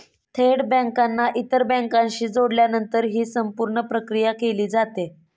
थेट बँकांना इतर बँकांशी जोडल्यानंतरच ही संपूर्ण प्रक्रिया केली जाते